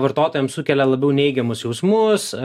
vartotojams sukelia labiau neigiamus jausmus